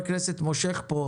לסכם את הדיון.